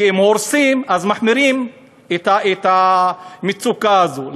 שאם הורסים, אז מחמירים את המצוקה הזו.